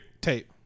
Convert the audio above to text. tape